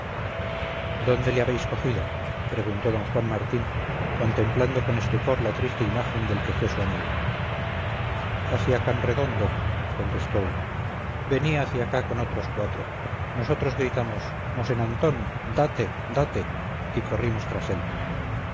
le habéis cogido preguntó don juan martín contemplando con estupor la triste imagen del que fue su amigo hacia canredondo contestó uno venía hacia acá con otros cuatro nosotros gritamos mosén antón date date y corrimos tras él